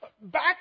back